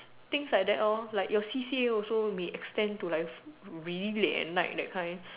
things like that lor like your C_C_A also may extend to really late at night that kind